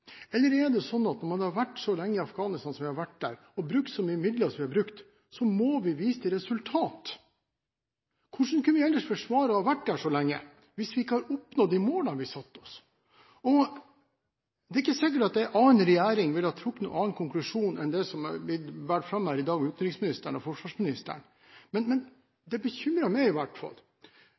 Eller er det slik at når vi har vært så lenge i Afghanistan, som vi har vært, og brukt så mye midler, må vi vise til resultater? Hvordan skal vi ellers kunne forsvare å ha vært der så lenge, hvis vi ikke har nådd de målene vi satte oss? Det er ikke sikkert at en annen regjering ville ha trukket noen annen konklusjon enn den som har blitt båret fram her i dag av utenriksministeren og forsvarsministeren, men det bekymrer i hvert fall